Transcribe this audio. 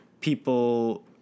people